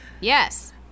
yes